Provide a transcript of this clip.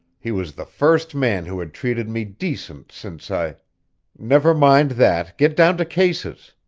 he was the first man who had treated me decent since i never mind that get down to cases.